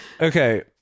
Okay